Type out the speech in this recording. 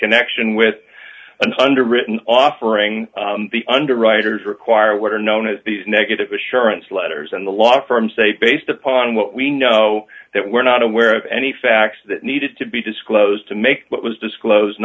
connection with an under written offering the underwriters require what are known as these negative assurance letters and the law firms say based upon what we know that we're not aware of any facts that needed to be disclosed to make what was disclose